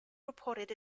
reported